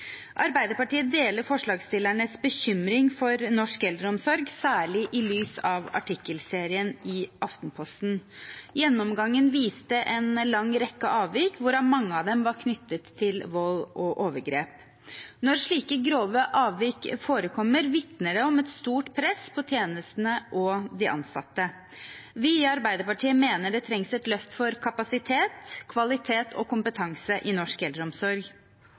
Arbeiderpartiet deler forslagsstillernes bekymring for norsk eldreomsorg, særlig i lys av artikkelserien i Aftenposten. Gjennomgangen viste en lang rekke avvik, hvorav mange av dem var knyttet til vold og overgrep. Når slike grove avvik forekommer, vitner det om et stort press på tjenestene og de ansatte. Vi i Arbeiderpartiet mener det trengs et løft for kapasitet, kvalitet og kompetanse i norsk eldreomsorg.